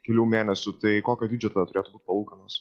kelių mėnesių tai kokio dydžio tada turėtų būt palūkanos